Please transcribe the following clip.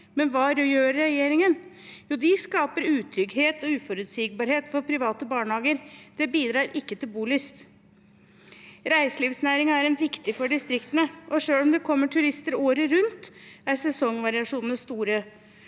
Men hva gjør regjeringen? Den skaper utrygghet og uforutsigbarhet for private barnehager. Det bidrar ikke til bolyst. Reiselivsnæringen er viktig for distriktene. Selv om det kommer turister året rundt, er sesongvariasjonene store.